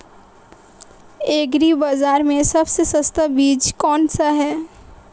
Agree बाज़ार में सबसे सस्ता बीज कौनसा है?